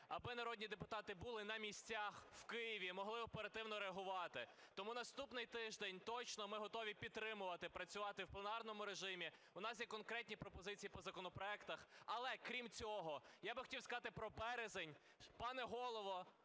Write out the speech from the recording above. аби народні депутати були на місцях в Києві, могли оперативно реагувати. Тому наступний тиждень точно ми готові підтримати працювати в пленарному режимі, у нас є конкретні пропозиції по законопроектах. Але, крім цього, я хотів би сказати про березень. Пане Голово,